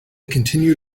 continued